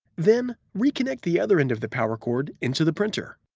then, reconnect the other end of the power cord into the printer.